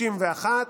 61,